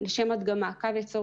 לשם הדגמה, על קו ייצור